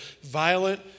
violent